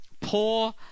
poor